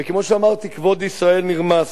וכמו שאמרתי, כבוד ישראל נרמס,